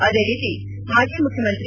ಅದೇ ರೀತಿ ಮಾಜಿ ಮುಖ್ಯಮಂತ್ರಿ